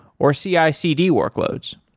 or cicd workloads